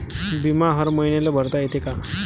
बिमा हर मईन्याले भरता येते का?